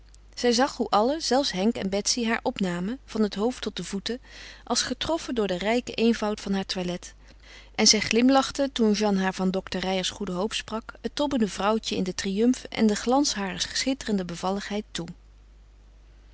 zij zag hoe allen zelfs henk en betsy haar opnamen van het hoofd tot de voeten als getroffen door den rijken eenvoud van haar toilet en zij glimlachte toen jeanne haar van dokter reijers goede hoop sprak het tobbende vrouwtje in den triumf en den glans harer schitterende bevalligheid toe